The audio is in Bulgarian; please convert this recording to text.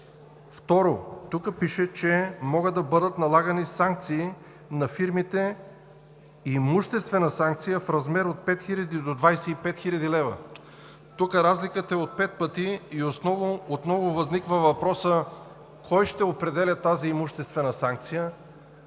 Второ, тук пише, че могат да бъдат налагани санкции на фирмите – имуществена санкция в размер от 5000 до 25 000 лв. Разликата е от пет пъти. И отново възниква въпросът: кой ще определя тази имуществена санкция;